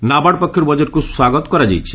NABARD ପକ୍ଷରୁ ବଜେଟ୍କୁ ସ୍ୱାଗତ କରାଯାଇଛି